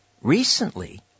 Recently